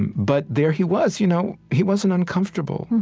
and but there he was. you know he wasn't uncomfortable.